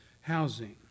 housing